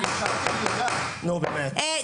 עוד לא ראיתי שנאה כזאת לחקלאים.